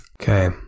Okay